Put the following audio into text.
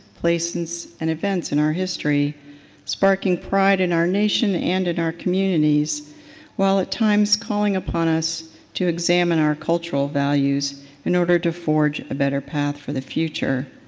places and events in our history sparking pride in our nation and in our communities while at times calling upon us to examine the cultural values in order to forge a better path for the future.